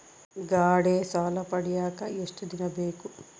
ಗಾಡೇ ಸಾಲ ಪಡಿಯಾಕ ಎಷ್ಟು ದಿನ ಬೇಕು?